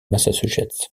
massachusetts